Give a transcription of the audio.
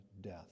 death